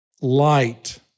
light